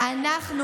עודֶה.